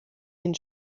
den